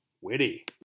Witty